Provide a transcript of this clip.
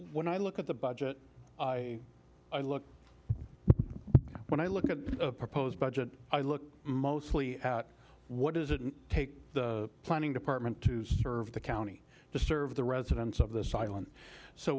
when i look at the budget i look when i look at the proposed budget i look mostly at what does it take the planning department to serve the county to serve the residents of this island so